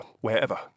wherever